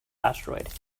asteroid